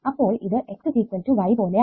അപ്പോൾ ഇത് x y പോലെയാണ്